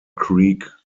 creek